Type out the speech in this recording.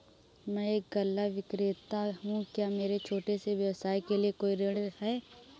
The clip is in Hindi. मैं एक गल्ला विक्रेता हूँ क्या मेरे छोटे से व्यवसाय के लिए कोई ऋण है?